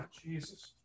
Jesus